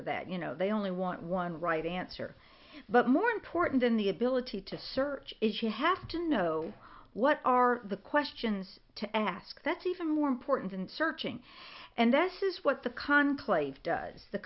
of that you know they only want one right answer but more important than the ability to search is you have to know what are the questions to ask that's even more important and searching and this is what the